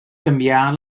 canviar